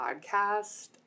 podcast